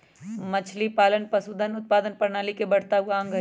मछलीपालन पशुधन उत्पादन प्रणाली के बढ़ता हुआ अंग हई